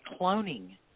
cloning